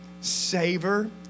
Savor